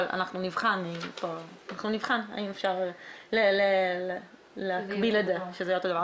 אבל אנחנו נבחן האם אפשר להקביל את זה שזה יהיה אותו דבר.